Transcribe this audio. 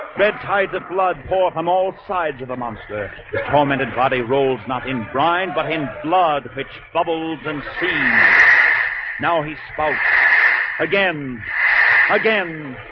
bed tied the blood bore him all sides of the monster tormented body rolls not in grind by him blood which bubbled and she now he spoke again again,